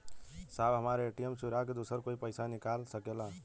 साहब हमार ए.टी.एम चूरा के दूसर कोई पैसा निकाल सकेला?